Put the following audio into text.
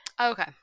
Okay